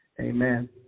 Amen